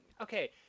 Okay